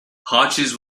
hodges